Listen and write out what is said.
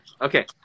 okay